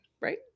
right